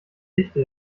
dichte